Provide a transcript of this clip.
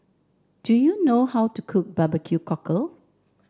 do you know how to cook Barbecue Cockle